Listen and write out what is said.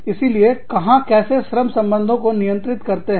इसीलिए कहां कैसे श्रम संबंधों को नियंत्रित करते हैं